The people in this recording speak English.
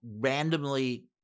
randomly